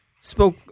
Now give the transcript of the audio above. spoke